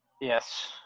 Yes